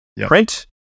Print